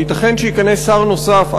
וייתכן שייכנס לתפקיד הזה שר נוסף,